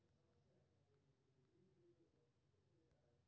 नारियल तेल पौधा आधारित तेल छियै, जे नारियल सं भेटै छै